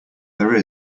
there